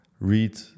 read